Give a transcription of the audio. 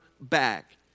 back